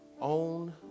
own